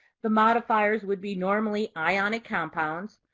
the modifiers would be normally ionic compounds,